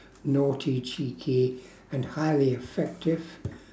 naughty cheeky and highly effective